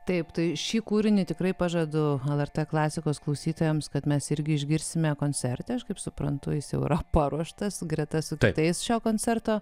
taip tai šį kūrinį tikrai pažadu lrt klasikos klausytojams kad mes irgi išgirsime koncerte aš kaip suprantu jis jau yra paruoštas greta su kitais šio koncerto